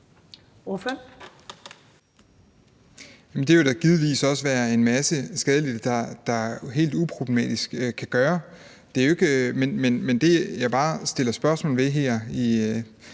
vil der givetvis også være en masse skadelidte der helt uproblematisk kan gøre. Men det, jeg sætter spørgsmålstegn ved her